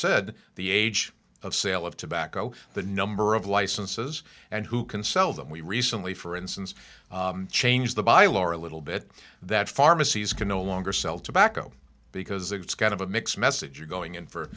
said the age of sale of tobacco the number of licenses and who can sell them we recently for instance changed the by lower a little bit that pharmacies can no longer sell tobacco because it's kind of a mixed message you're going in for